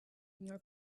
ignore